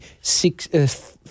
six